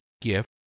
gift